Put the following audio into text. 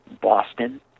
Boston